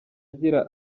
agira